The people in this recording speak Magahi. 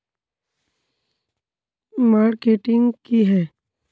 मार्केटिंग की है?